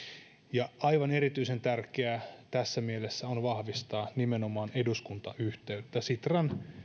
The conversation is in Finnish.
ja aivan erityisen tärkeää tässä mielessä on vahvistaa nimenomaan eduskuntayhteyttä sitran